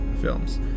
films